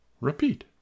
repeat